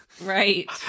Right